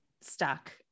stuck